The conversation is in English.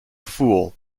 fool